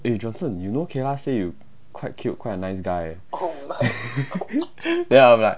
eh johnson you know kayla say you quite cute quite nice guy eh then I'm like